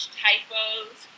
typos